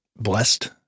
blessed